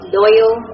loyal